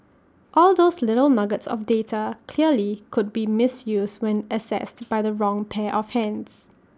all those little nuggets of data clearly could be misused when accessed by the wrong pair of hands